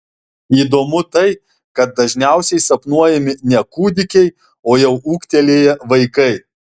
įdomu tai kad dažniausiai sapnuojami ne kūdikiai o jau ūgtelėję vaikai